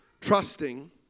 trusting